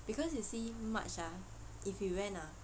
because you see march ah if we went ah